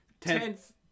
Tenth